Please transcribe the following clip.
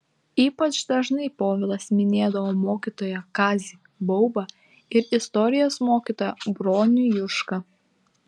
ypač dažnai povilas minėdavo mokytoją kazį baubą ir istorijos mokytoją bronių jušką